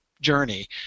journey